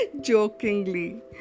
jokingly